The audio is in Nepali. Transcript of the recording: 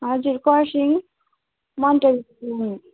हजुर खरसाङ